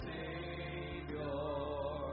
Savior